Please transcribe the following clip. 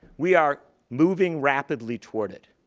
we are moving rapidly toward it,